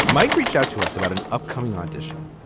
mike reached out to us about an upcoming audition.